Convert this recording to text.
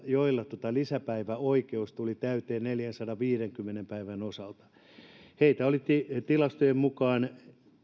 joilla lisäpäiväoikeus tuli täyteen neljänsadanviidenkymmenen päivän osalta heitä oli tilastojen mukaan